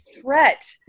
threat